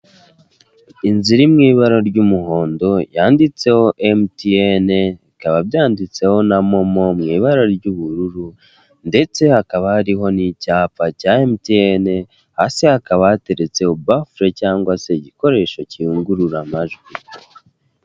Inzira iri mu ibara ry'umuhondo yanditseho emutiyene, bikaba byanditseho na momo mu ibara ry'ubururu ndetse hakaba hariho n'icyapa cya emutiyene, hasi hakaba hateretse bafure cyangwa se igikoresho kiyugurura amajwi.